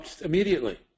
Immediately